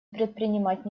предпринимать